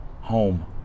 home